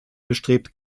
bestrebt